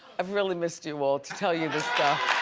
i've really missed you all, to tell you the stuff.